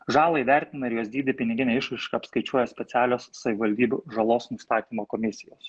žalą įvertina ir jos dydį pinigine išraiška apskaičiuoja specialios savivaldybių žalos nustatymo komisijos